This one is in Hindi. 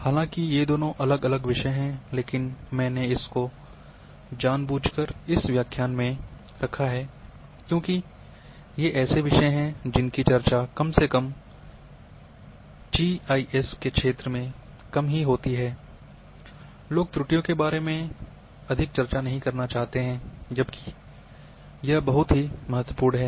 हालांकि ये दो अलग अलग विषय हैं लेकिन मैंने इसको जानबूझकर इस व्याख्यान में रखा है क्योंकि ये ऐसे विषय हैं जिनकी चर्चा कम से कम जीआईएस के क्षेत्र में कम होती है लोग त्रुटियों के बारे में अधिक चर्चा नहीं करना चाहते हैं जबकि यह बहुत महत्वपूर्ण है